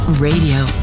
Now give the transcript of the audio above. Radio